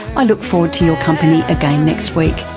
i look forward to your company again next week